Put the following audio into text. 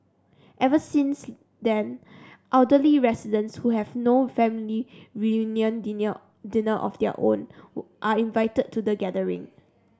every since then elderly residents who have no family reunion dinner of their own are invited to the gathering